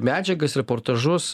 medžiagas reportažus